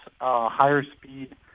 higher-speed